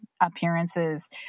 appearances